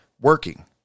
working